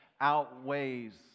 outweighs